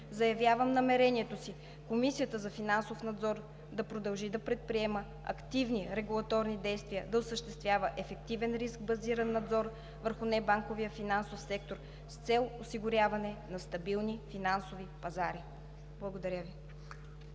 Заявявам намерението си Комисията за финансов надзор да продължи да предприема активни регулаторни действия, да осъществява ефективен риск-базиран надзор върху небанковия финансов сектор с цел осигуряване на стабилни финансови пазари. Благодаря Ви.